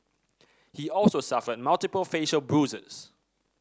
he also suffered multiple facial bruises